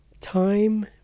time